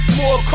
more